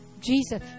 Jesus